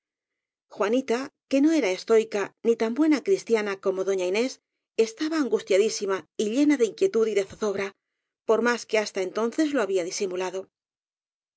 juanita que no era estoica ni tan buena cristia na como doña inés estaba angustiadísima y llena de inquietud y de zozobra por más que hasta en tonces lo había disimulado